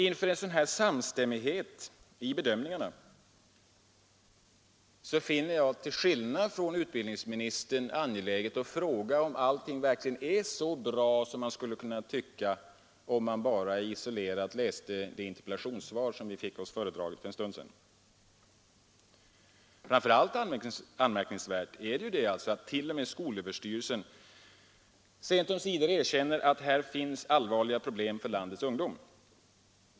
Inför en sådan samstämmighet i bedömningen finner jag det, till skillnad från utbildningsministern, angeläget att fråga om allting verkligen är så bra som man skulle kunna tycka om man bara isolerat läste det interpellationssvar som vi fick oss föredraget för en stund sedan. Framför allt är det ju anmärkningsvärt att t.o.m. skolöverstyrelsen sent omsider erkänner att här finns allvarliga problem för landets ungdom.